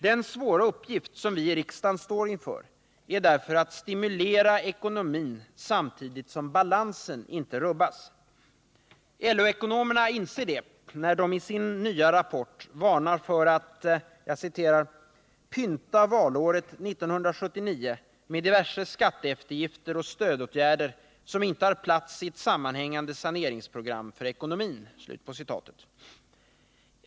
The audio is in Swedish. Den svåra uppgift som vi i riksdagen står inför är därför att stimulera ekonomin samtidigt som balansen inte får rubbas. LO-ekonomerna inser detta, när de i sin nya rapport varnar för ”att pynta valåret 1979 med diverse skatteeftergifter och stödåtgärder som inte har plats i ett sammanhängande saneringsprogram för ekonomin”.